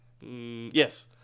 Yes